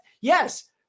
yes